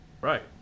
Right